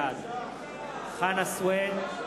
בעד בושה, בושה.